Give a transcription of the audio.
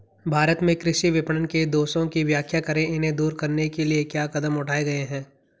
भारत में कृषि विपणन के दोषों की व्याख्या करें इन्हें दूर करने के लिए क्या कदम उठाए गए हैं?